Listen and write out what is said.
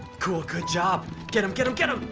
cool. good job. get em, get em, get em.